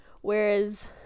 whereas